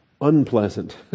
unpleasant